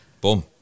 Boom